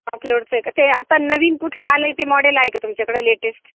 top लोडचं आहे का ते आता नवीन कुठलं आलं आहे ते मॉडेल आहे का तुच्याकडे लेटेस्ट